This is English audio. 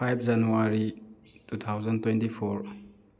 five January two thousand twenty four